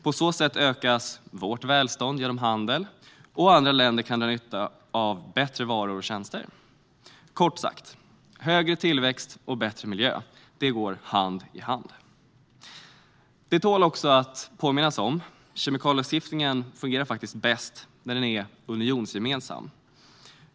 På så sätt ökas vårt välstånd genom handel liksom andra länder kan dra nytta av bättre varor och tjänster. Kort sagt: Högre tillväxt och bättre miljö går hand i hand. Det tål också att påminna om att kemikalielagstiftningen fungerar bäst när den är unionsgemensam.